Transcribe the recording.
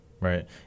Right